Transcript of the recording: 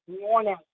morning